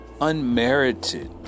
unmerited